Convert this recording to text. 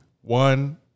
one